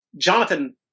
Jonathan